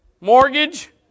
mortgage